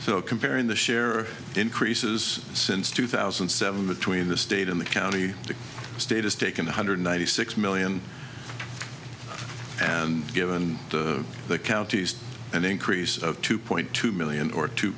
so comparing the share increases since two thousand and seven between the state in the county the state has taken one hundred ninety six million and given the counties an increase of two point two million or two